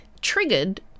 triggered